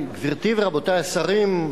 גברתי ורבותי השרים,